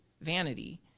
vanity